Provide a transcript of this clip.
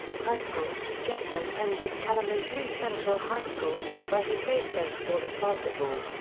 high school jeter attended kalamazoo central high school, where he played baseball and basketball.